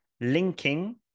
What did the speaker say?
linking